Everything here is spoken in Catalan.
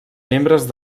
membres